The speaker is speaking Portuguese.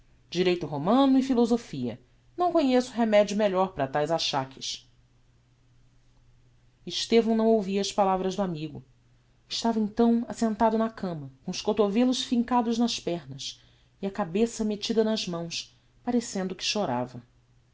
direito romano e philosophia não conheço remedio melhor para taes achaques estevão não ouvia as palavras do amigo estava então assentado na cama com os cotovellos fincados nas pernas e a cabeça mettida nas mãos parecendo que chorava